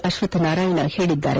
ಅಶ್ವಥ್ ನಾರಾಯಣ ಹೇಳಿದ್ದಾರೆ